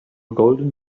golden